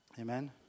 Amen